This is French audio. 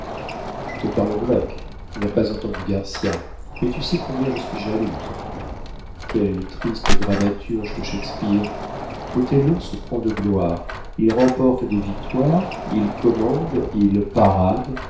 je te parle grec tu n'as pas entendu garcia mais tu sais combien je suis jalouse quel triste dramaturge que shakespeare othello se prend de gloire il remporte des victoires il commande il parade